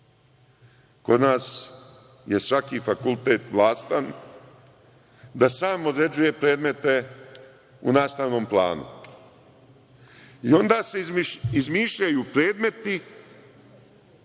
Kod nas je svaki fakultet vlastan da sam određuje predmete u nastavnom planu i onda se izmišljaju predmeti